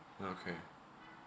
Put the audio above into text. okay